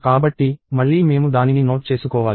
కాబట్టి మళ్ళీ మేము దానిని నోట్ చేసుకోవాలి